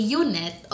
unit